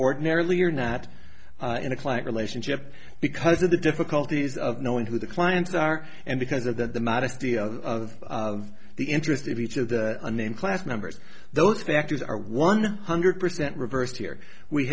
ordinarily are not in a client relationship because of the difficulties of knowing who the clients are and because of that the modesty of the interest of each of the unnamed class members those factors are one hundred percent reversed here we